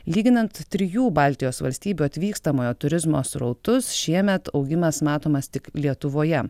lyginant trijų baltijos valstybių atvykstamojo turizmo srautus šiemet augimas matomas tik lietuvoje